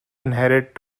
inherit